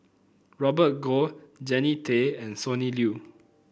Robert Goh Jannie Tay and Sonny Liew